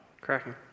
Cracking